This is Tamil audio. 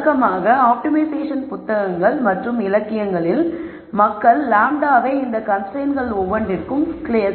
வழக்கமான ஆப்டிமைசேஷன் புத்தகங்கள் மற்றும் இலக்கியங்களில் மக்கள் λ வை இந்த கன்ஸ்ரைன்ட்ஸ்கள் ஒவ்வொன்றிற்கும்